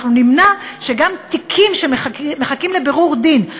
אנחנו נמנע גם שתיקים שמחכים לבירור דין,